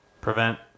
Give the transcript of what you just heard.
Prevent